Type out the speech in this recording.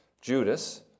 Judas